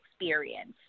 experience